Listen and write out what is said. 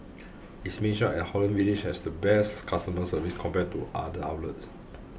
its main shop at Holland Village has the best customer service compared to other outlets